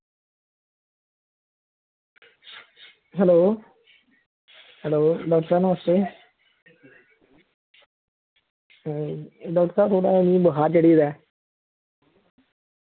hello hello doctor साह्ब नमस्ते doctor साह्ब थोहाड़ा मिगी बखार चढ़ी दा ऐ